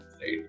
right